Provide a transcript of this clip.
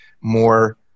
more